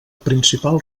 principal